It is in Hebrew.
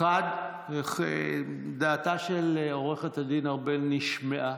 1. דעתה של עו"ד ארבל נשמעה.